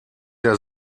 der